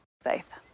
Faith